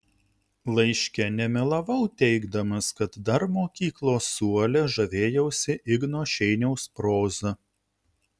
laiške nemelavau teigdamas kad dar mokyklos suole žavėjausi igno šeiniaus proza